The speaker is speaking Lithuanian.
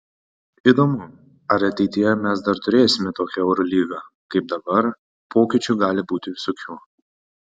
įdomu ar ateityje mes dar turėsime tokią eurolygą kaip dabar pokyčių gali būti visokių